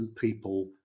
people